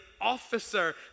officer